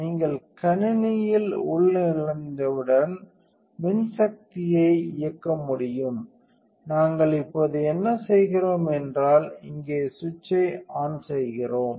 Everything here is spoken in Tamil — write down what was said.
நீங்கள் கணினியில் உள்நுழைந்தவுடன் மின்சக்தியை இயக்க முடியும் நாங்கள் இப்போது என்ன செய்கிறோம் என்றால் இங்கே சுவிட்சை ஆன் செய்கிறோம்